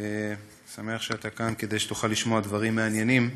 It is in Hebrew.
אני שמח שאתה כאן כדי שתוכל לשמוע דברים מעניינים.